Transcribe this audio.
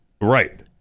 Right